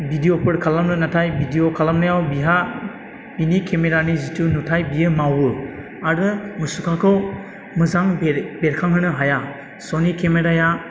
बिदिअफोर खालामनो नाथाय बिदिअ' खालामनायाव बिहा बिनि केमेरानि जिथु नुथाय बियो मावो आरो मुसुखाखौ मोजां बेरे बेरखांहोनो हाया सनि केमेराया